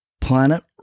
planet